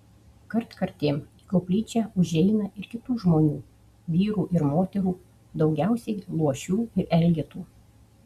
kartkartėm į koplyčią užeina ir kitų žmonių vyrų ir moterų daugiausiai luošių ir elgetų